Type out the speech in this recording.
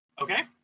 Okay